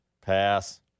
Pass